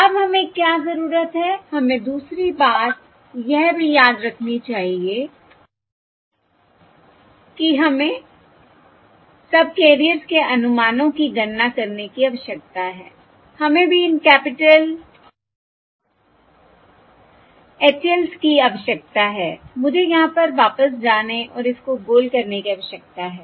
अब हमें क्या जरूरत है हमें दूसरी बात यह भी याद रखनी चाहिए कि हमें सबकैरियर्स के अनुमानों की गणना करने की आवश्यकता है हमें भी इन कैपिटल H ls की आवश्यकता है मुझे यहाँ पर वापस जाने और इसको गोल करने की आवश्यकता है